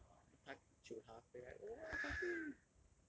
like he 他求她回来 宝贝